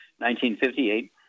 1958